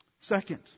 Second